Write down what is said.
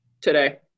today